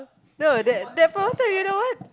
no that that point of time you know what